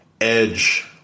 edge